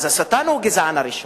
אז השטן הוא הגזעון הראשון,